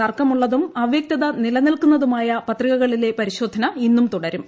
തർക്കമുള്ളതും അവൃക്തത നിലനിൽക്കുന്നതുമായ പത്രികകളിലെ പരിശോധന ഇന്നും തുടരും